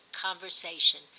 conversation